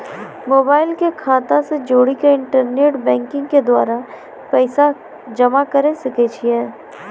Mobile के खाता से जोड़ी के इंटरनेट बैंकिंग के द्वारा पैसा जमा करे सकय छियै?